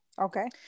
Okay